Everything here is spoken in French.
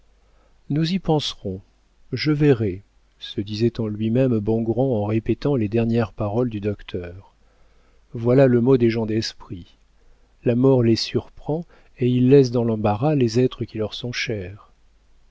nous y penserons je verrai se disait en lui-même bongrand en répétant les dernières paroles du docteur voilà le mot des gens d'esprit la mort les surprend et ils laissent dans l'embarras les êtres qui leur sont chers